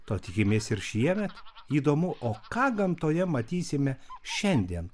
to tikimės ir šiemet įdomu o ką gamtoje matysime šiandien